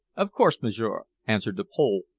of course, m'sieur, answered the pole,